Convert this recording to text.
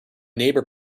neighbor